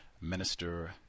minister